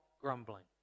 grumbling